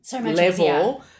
level